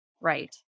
Right